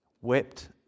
wept